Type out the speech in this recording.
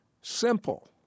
Simple